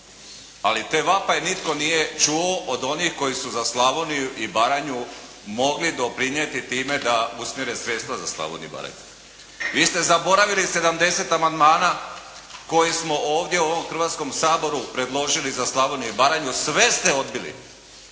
Ali, te vapaje nitko nije čuo od onih koji su za Slavoniju i Baranju mogli doprinijeti time da usmjere sredstva za Slavoniju i Baranju. Vi ste zaboravili 70 amandmana koje smo ovdje u ovom Hrvatskom saboru predložili za Slavoniju i Baranju. Sve ste odbili.